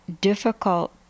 difficult